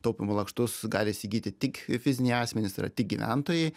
taupymo lakštus gali įsigyti tik fiziniai asmenys tai yra tik gyventojai